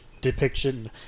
depiction